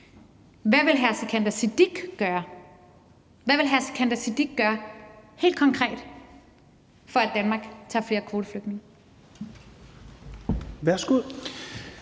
Hvad vil hr. Sikandar Siddique gøre helt konkret, for at Danmark tager flere kvoteflygtninge?